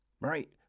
Right